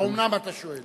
האומנם, אתה שואל.